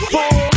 Four